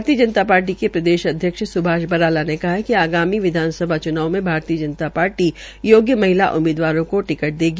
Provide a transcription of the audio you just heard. भारतीय जनता पार्टी के प्रदेशाध्यक्ष सृभाष बराला ने कहा है कि आगामी विधानसभा च्नाव में भारतीय जनता पार्टी योग्य महिला उम्मीदवारों को टिकट देगी